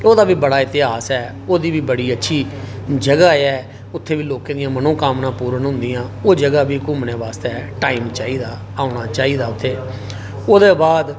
ओह्दा बी बड़ा इतिहास ऐ ओह्दी बी बड़ी अच्छी जगह ऐ उत्थै बी लोके दी मनोकामना पूरन होंदियां जगह बी घूमने आस्तै औना चाहिदा उत्थै ओह्दे बाद